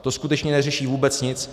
To skutečně neřeší vůbec nic.